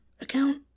account